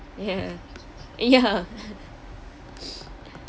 ya ya